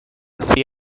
see